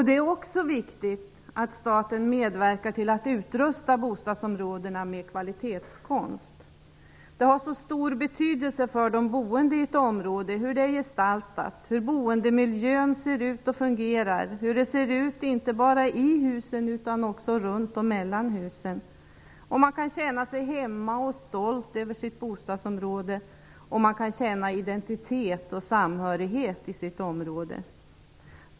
Det är också viktigt att staten medverkar till att utrusta bostadsområdena med kvalitetskonst. Det har stor betydelse för de boende i ett område hur det är gestaltat, hur boendemiljön ser ut och fungerar, hur det ser ut inte bara i husen utan också runt och mellan husen, om man kan känna sig hemma i och stolt över sitt bostadsområde och om man kan känna identitet och samhörighet i sitt område.